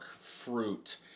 fruit